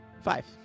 Five